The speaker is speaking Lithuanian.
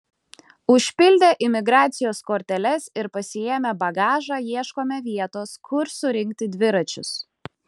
užpildę imigracijos korteles ir pasiėmę bagažą ieškome vietos kur surinkti dviračius